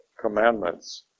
commandments